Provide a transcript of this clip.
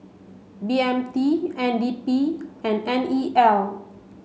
B M T N D P and N E L